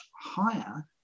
higher